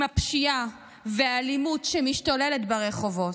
עם הפשיעה והאלימות שמשתוללות ברחובות,